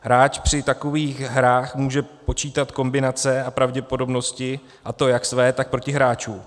Hráč při takových hrách může počítat kombinace a pravděpodobnosti, a to jak své, tak protihráčů.